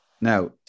Now